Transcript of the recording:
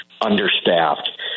understaffed